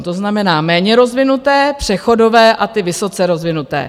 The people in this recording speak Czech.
To znamená méně rozvinuté, přechodové a ty vysoce rozvinuté.